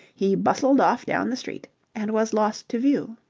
he bustled off down the street and was lost to view.